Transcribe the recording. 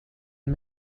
and